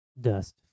Dust